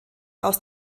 aus